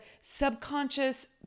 subconscious